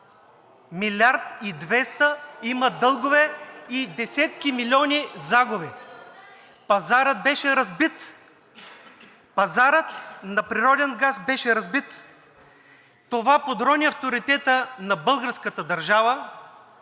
Милиард и двеста има дългове и десетки милиони загуби. Пазарът на природен газ беше разбит. Това подрони авторитета на българската държава